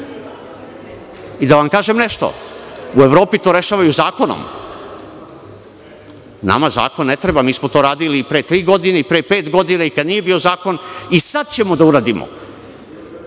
Da vam kažem nešto, u Evropi to rešavaju zakonom. Nama zakon ne treba, mi smo to radili i pre tri godine i pre pet godina, kada nije bio zakon, a i sada ćemo da uradimo.